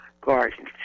garden